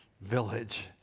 village